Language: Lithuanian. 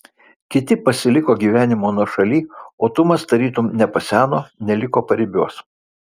kiti pasiliko gyvenimo nuošaly o tumas tarytum nepaseno neliko paribiuos